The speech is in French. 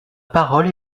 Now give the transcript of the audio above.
parole